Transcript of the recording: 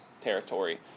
territory